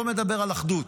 לא מדבר על אחדות,